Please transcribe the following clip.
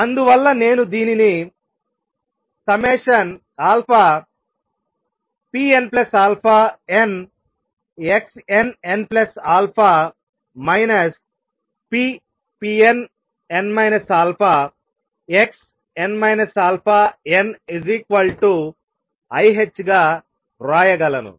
అందువల్ల నేను దీనిని pnαn xnnα ppnn α xn αniℏ గా వ్రాయగలను